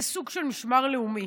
זה סוג של משמר לאומי,